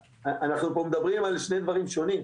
אנחנו פה מדברים על שני דברים שונים,